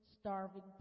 starving